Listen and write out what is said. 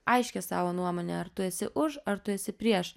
aiškią savo nuomonę ar tu esi už ar tu esi prieš